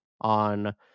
on